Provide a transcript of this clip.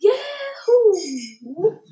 Yahoo